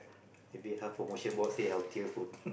maybe health promotion board say healthier food